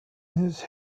his